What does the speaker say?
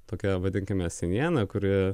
tokia vadinkime seniena kuri